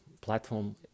platform